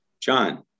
John